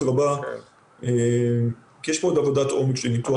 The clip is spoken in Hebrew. רבה כי יש פה עוד עבודת עומק של ניתוח.